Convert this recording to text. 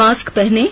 mask पहनें